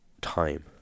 time